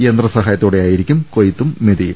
യന്ത്രസഹായത്തോടെയായിരിക്കും കൊയ്ത്തും മെതി യും